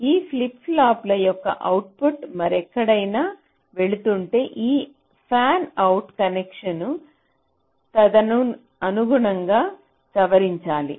ఈ flip flop యొక్క output మరెక్కడైనా వెళుతుంటే ఆ ఫ్యాన్అవుట్ కనెక్షన్లను తదనుగుణంగా సవరించాలి